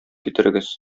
китерегез